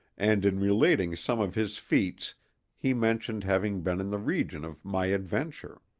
and in relating some of his feats he mentioned having been in the region of my adventure.